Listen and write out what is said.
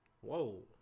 Whoa